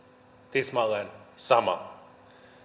tismalleen sama